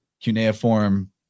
cuneiform